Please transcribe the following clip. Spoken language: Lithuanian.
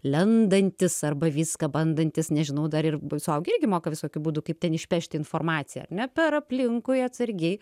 lendantis arba viską bandantis nežinau dar ir suaugę irgi moka visokių būdų kaip ten išpešti informaciją ar ne per aplinkui atsargiai